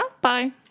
Bye